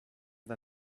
the